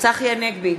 צחי הנגבי,